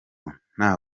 nta